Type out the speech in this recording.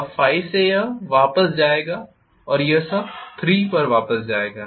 अब 5 से यह वापस आ जाएगा और यह अब 3 पर वापस जाएगा